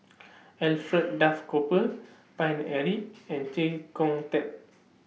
Alfred Duff Cooper Paine Eric and Chee Kong Tet